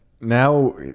Now